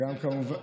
וצוות הפרוטוקולים.